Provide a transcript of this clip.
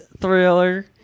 thriller